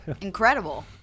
incredible